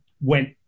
went